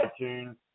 iTunes